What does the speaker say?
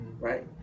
right